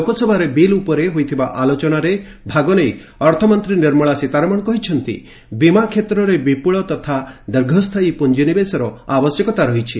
ଲୋକସଭାରେ ବିଲ୍ ଉପରେ ହୋଇଥିବା ଆଲୋଚନାରେ ଭାଗ ନେଇ ଅର୍ଥମନ୍ତ୍ରୀ ନିର୍ମଳା ସୀତାରମଣ କହିଛନ୍ତି ବୀମା କ୍ଷେତ୍ରରେ ବିପୁଳ ତଥା ଦୀର୍ଘସ୍ଥାୟୀ ପୁଞ୍ଜି ନିବେଶର ଆବଶ୍ୟକତା ରହିଛି